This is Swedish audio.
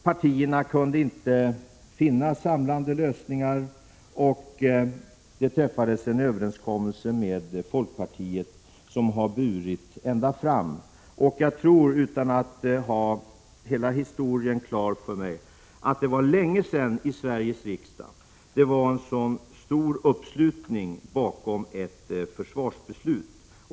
Partierna kunde inte finna samlande lösningar, och vi socialdemokrater träffade en överenskommelse med folkpartiet, som har hållit ända fram. Jag tror, utan att ha hela historien klar för mig, att det är länge sedan det i Sveriges riksdag fanns en så stor uppslutning bakom ett försvarsbeslut.